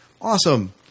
Awesome